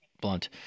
blunt